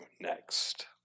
next